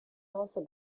also